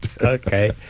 Okay